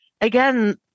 again